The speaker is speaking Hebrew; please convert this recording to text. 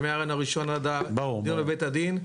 ומהריאיון הראשון עד הדיון בבית הדין.